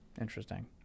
Interesting